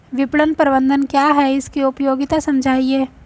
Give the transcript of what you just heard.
विपणन प्रबंधन क्या है इसकी उपयोगिता समझाइए?